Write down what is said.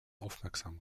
aufmerksam